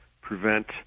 prevent